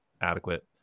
adequate